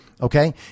okay